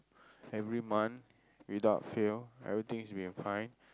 every month without fail everything's been fine